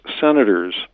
senators